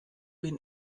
bin